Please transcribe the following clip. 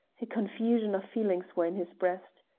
a confusion of feelings were in his breast.